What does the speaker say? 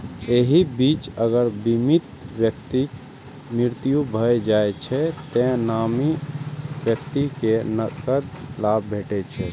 एहि बीच अगर बीमित व्यक्तिक मृत्यु भए जाइ छै, तें नामित व्यक्ति कें नकद लाभ भेटै छै